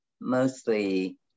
mostly